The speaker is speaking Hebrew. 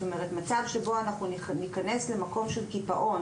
מצב שבו אנחנו ניכנס למקום של קיפאון